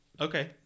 okay